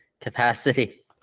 capacity